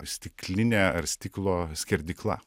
stiklinė ar stiklo skerdykla